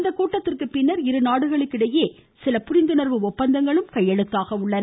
இந்த கூட்டத்திற்கு பின்னர் இரு நாடுகளுக்கு இடையே சில புரிந்துணர்வு ஒப்பந்தங்களும் கையெழுத்தாகின்றன